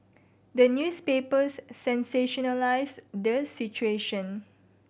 the newspapers sensationalise the situation